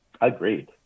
Agreed